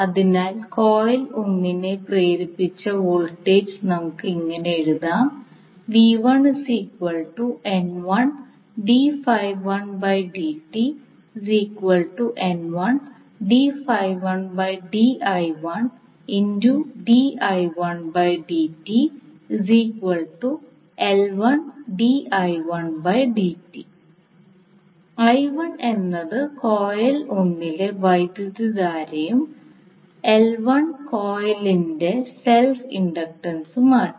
അതിനാൽ കോയിൽ 1 ൽ പ്രേരിപ്പിച്ച വോൾട്ടേജ് നമുക്ക് ഇങ്ങനെ എഴുതാം i1 എന്നത് കോയിൽ 1 ലെ വൈദ്യുതധാരയും കോയിലിന്റെ സെൽഫ് ഇൻഡക്റ്റൻസുമാണ്